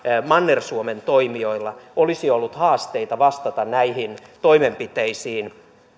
manner suomen toimijoilla olisi ollut haasteita vastata näihin toimenpiteisiin